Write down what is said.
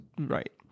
Right